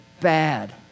bad